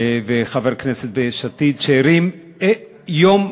וחבר כנסת בסיעת יש עתיד שהרים יום